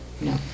No